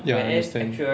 ya I understand